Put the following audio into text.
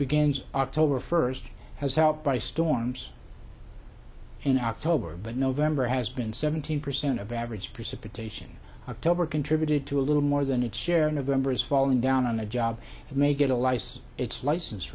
begins october first has helped by storms in october but november has been seventeen percent of average precipitation october contributed to a little more than its share in november is falling down on the job and may get a license its license